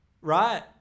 Right